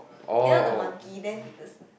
you know the monkey then the